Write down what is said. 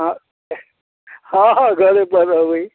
हँ हँ हँ घरेपर अबय